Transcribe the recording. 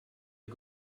you